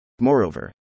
Moreover